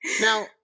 Now